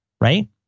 right